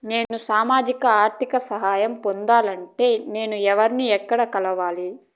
నేను సామాజిక ఆర్థిక సహాయం పొందాలి అంటే నేను ఎవర్ని ఎక్కడ కలవాలి?